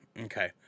Okay